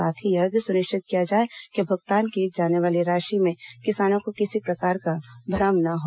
साथ ही यह भी सुनिश्चित किया जाए कि भुगतान की जाने वाली राशि में किसानों को किसी प्रकार का भ्रम न हो